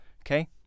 okay